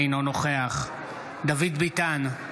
אינו נוכח דוד ביטן,